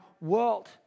world